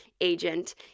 agent